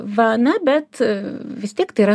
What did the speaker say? va na bet vis tiek tai yra